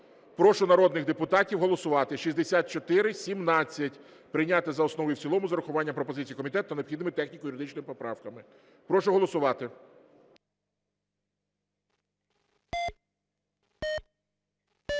Прошу народних депутатів голосувати, 6417 прийняти за основу і в цілому з урахуванням пропозицій комітету та необхідними техніко-юридичними поправками. Прошу голосувати.